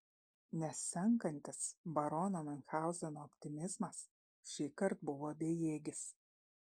nesenkantis barono miunchauzeno optimizmas šįkart buvo bejėgis